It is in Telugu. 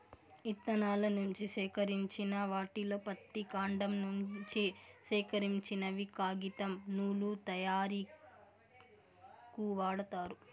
ఇత్తనాల నుంచి సేకరించిన వాటిలో పత్తి, కాండం నుంచి సేకరించినవి కాగితం, నూలు తయారీకు వాడతారు